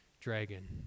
dragon